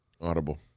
Audible